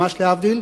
ממש להבדיל,